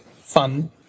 fun